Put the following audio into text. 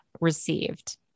received